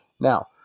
now